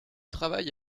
travail